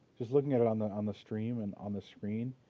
just looking at it on the on the stream and on the screen,